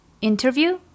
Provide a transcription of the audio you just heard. Interview